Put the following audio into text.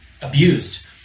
abused